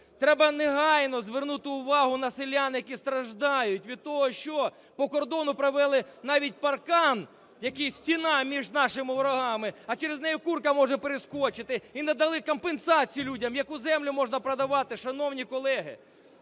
Треба негайно звернути увагу на селян, які страждають від того, що по кордону провели навіть паркан, який стіна між нашими ворогами, а через неї курка може перескочити, і не дали компенсацію людям. Яку землю можна продавати, шановні колеги?